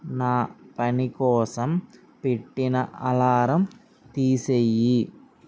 నా పనికోసం పెట్టిన అలారం తీసేయి